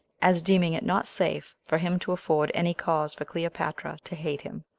as deeming it not safe for him to afford any cause for cleopatra to hate him.